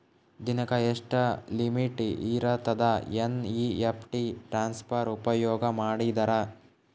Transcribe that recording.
ದಿನಕ್ಕ ಎಷ್ಟ ಲಿಮಿಟ್ ಇರತದ ಎನ್.ಇ.ಎಫ್.ಟಿ ಟ್ರಾನ್ಸಫರ್ ಉಪಯೋಗ ಮಾಡಿದರ?